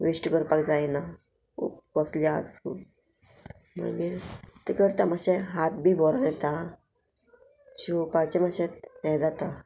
waste करपाक जायना कसली आजून मागीर ते करता मातशें हात बी बोरोन येता शिवपाचें मातशें हें जाता